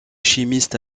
chimistes